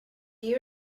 you